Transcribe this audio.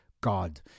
God